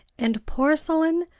and porcelain,